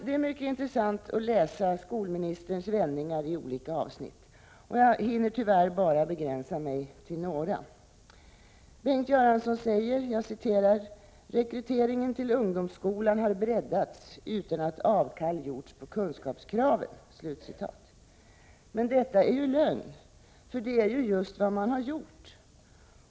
Det är mycket intressant att läsa skolministerns vändningar i olika avsnitt. Jag måste av tidsbrist tyvärr begränsa mig till bara några av dem. Bengt Göransson säger: ”Rekryteringen till ungdomsskolan har breddats utan att avkall gjorts på kunskapskraven.” Men detta är lögn, för det är ju vad man just har gjort!